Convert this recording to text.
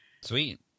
Sweet